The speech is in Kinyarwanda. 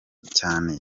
cyane